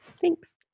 Thanks